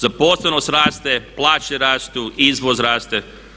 Zaposlenost raste, plaće rastu, izvoz raste.